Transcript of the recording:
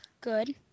Good